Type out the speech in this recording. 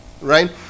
right